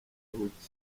buke